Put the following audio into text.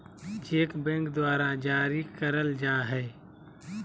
cheque bank द्वारा जारी करल जाय हय